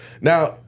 Now